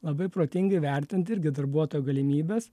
labai protingai vertinti irgi darbuotojo galimybes